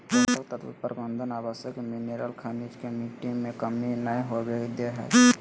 पोषक तत्व प्रबंधन आवश्यक मिनिरल खनिज के मिट्टी में कमी नै होवई दे हई